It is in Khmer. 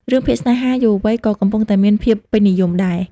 រឿងភាគស្នេហាយុវវ័យក៏កំពុងតែមានភាពពេញនិយមដែរ។